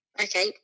Okay